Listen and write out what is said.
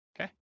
Okay